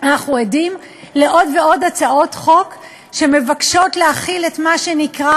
כל יומיים אנחנו עדים לעוד ועוד הצעות חוק שמבקשות להכיל את מה שנקרא